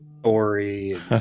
story